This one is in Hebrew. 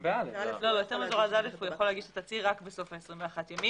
בהיתר מזורז א' הוא יכול להגיש את התצהיר רק בסוף 21 הימים.